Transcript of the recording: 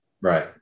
Right